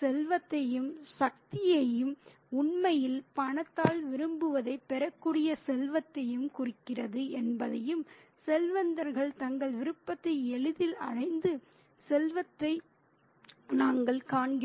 செல்வத்தின் சக்தியையும் உண்மையில் பணத்தால் விரும்புவதைப் பெறக்கூடிய செல்வத்தையும் குறிக்கிறது என்பதையும் செல்வந்தர்கள் தங்கள் விருப்பத்தை எளிதில் அடைந்து செல்வதையும் நாங்கள் காண்கிறோம்